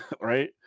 right